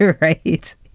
Right